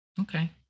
Okay